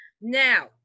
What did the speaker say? Now